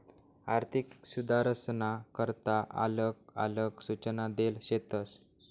आर्थिक सुधारसना करता आलग आलग सूचना देल शेतस